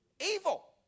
Evil